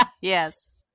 Yes